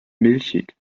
milchig